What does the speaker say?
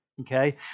okay